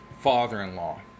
father-in-law